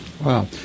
Wow